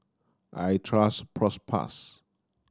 I trust Propass